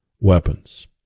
weapons